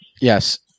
Yes